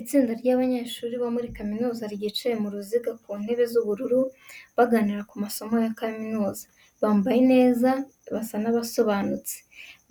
Itsinda ry’abanyeshuri bo muri kaminuza ryicaye mu ruziga ku ntebe z’ubururu, baganira ku masomo ya kaminuza. Bambaye neza, basa n’abisukuye.